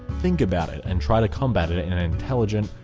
think about it and try to combat it in an intelligent,